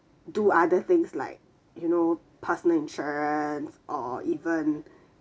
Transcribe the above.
do other things like you know personal insurance or even